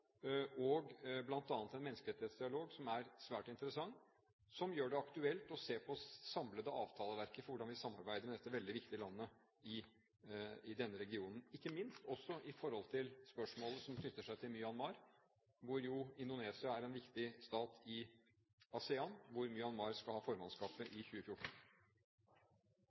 en menneskerettighetsdialog som er svært interessant, som gjør det aktuelt å se på det samlede avtaleverket for hvordan vi samarbeider med dette veldig viktige landet i denne regionen, ikke minst med tanke på spørsmål som knytter seg til Myanmar, hvor jo Indonesia er en viktig stat i ASEAN, og hvor Myanmar skal ha formannskapet i 2014.